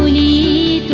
e